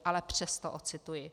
Ale přesto ocituji: